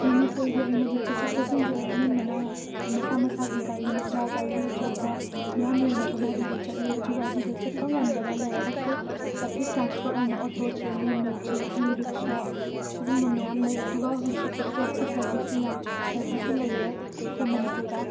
ꯃꯅꯤꯄꯨꯔꯒꯤ ꯑꯣꯏꯅꯗꯤ ꯆꯠꯊꯣꯛ ꯆꯠꯁꯤꯟꯁꯦ ꯑꯅꯝꯕꯅ ꯃꯁꯥ ꯃꯁꯥꯒꯤ ꯒꯥꯔꯤ ꯃꯆꯥ ꯒꯥꯔꯤ ꯑꯆꯧꯕ ꯃꯌꯥꯝ ꯂꯩꯅꯕꯅ ꯑꯗꯨꯗ ꯆꯠꯂꯤ ꯑꯗꯨꯒ ꯑꯗꯨꯗ ꯆꯠꯄ ꯉꯝꯗꯕ ꯂꯩꯔꯒꯁꯨ ꯄꯥꯕ꯭ꯂꯤꯛ ꯇ꯭ꯔꯥꯟꯁꯄꯣꯔꯠ ꯑꯣꯏꯅ ꯑꯣꯇꯣ ꯆꯦꯜꯂꯤ ꯃꯦꯖꯤꯛ ꯏ ꯔꯤꯛꯁꯣ ꯁꯤꯒꯨꯝꯕ ꯃꯌꯥꯝ ꯂꯩ ꯑꯗꯨꯒ ꯍꯧꯖꯤꯛꯇꯤ ꯀꯦꯞꯀꯤ ꯁꯔꯕꯤꯁꯁꯨ ꯌꯥꯝꯅ ꯁꯔꯕꯤꯁꯁꯨ ꯂꯩꯔꯦ ꯑꯩꯈꯣꯏ ꯃꯅꯤꯄꯨꯔꯗ